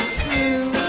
true